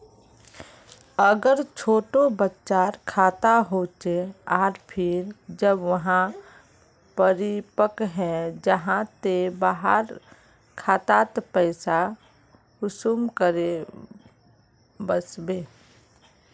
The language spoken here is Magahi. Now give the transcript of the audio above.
अगर छोटो बच्चार खाता होचे आर फिर जब वहाँ परिपक है जहा ते वहार खातात पैसा कुंसम करे वस्बे?